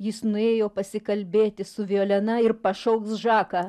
jis nuėjo pasikalbėti su violena ir pašauks žaką